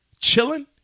chilling